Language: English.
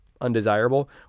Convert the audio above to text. undesirable